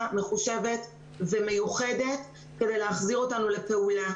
מחושבת ומיוחדת כדי להחזיר אותנו לפעולה,